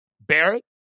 Barrett